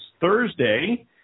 Thursday